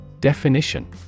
Definition